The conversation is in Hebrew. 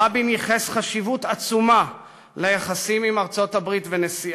רבין ייחס חשיבות עצומה ליחסים עם ארצות-הברית ונשיאה.